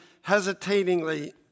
hesitatingly